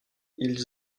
ils